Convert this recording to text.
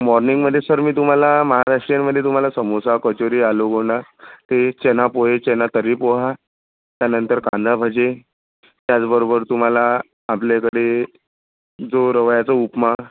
मॉर्निंगमध्ये sir मी तुम्हाला महाराष्ट्रीयनमध्ये तुम्हाला समोसा कचोरी आलू बोंडा ते चना पोहे चना तर्री पोहा त्यानंतर कांदाभजे त्याचबरोबर तुम्हाला आपल्याकडे जो रव्याचा उपमा